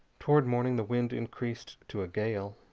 toward morning the wind increased to a gale.